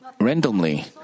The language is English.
randomly